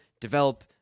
develop